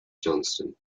johnston